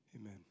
Amen